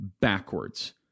backwards